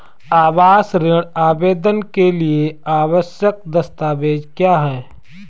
आवास ऋण आवेदन के लिए आवश्यक दस्तावेज़ क्या हैं?